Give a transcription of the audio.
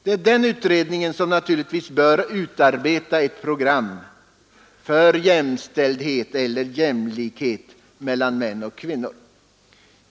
Det är den utredningen som bör utarbeta ett program för jämställdhet eller jämlikhet mellan män och kvinnor.